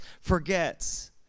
forgets